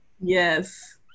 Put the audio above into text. Yes